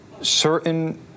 certain